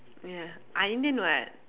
ya I Indian [what]